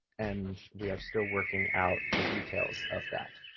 and we are still working out the details of that.